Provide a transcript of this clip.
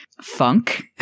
funk